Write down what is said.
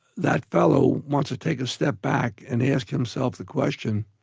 that fellow wants to take a step back and ask himself the question,